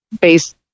based